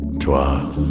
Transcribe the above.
Toi